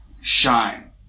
shine